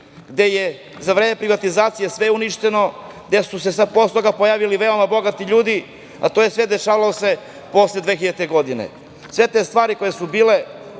gde je za vreme privatizacije sve uništeno, gde su se posle toga pojavili veoma bogati ljudi, a to se sve dešavalo posle 2000. godine. Sve te stvari koje su bile,